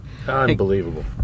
Unbelievable